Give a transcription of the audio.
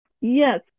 Yes